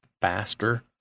faster